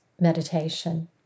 meditation